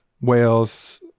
whales